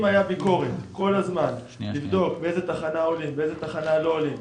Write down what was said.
אם הייתה ביקורת כל הזמן לבדוק באיזה תחנה עולים ובאיזה תחנה לא עולים,